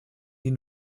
die